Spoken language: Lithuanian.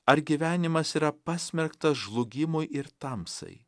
ar gyvenimas yra pasmerktas žlugimui ir tamsai